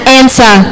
answer